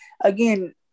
again